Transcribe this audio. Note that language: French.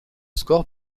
score